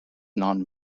non